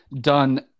done